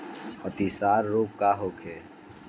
अतिसार रोग का होखे?